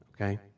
okay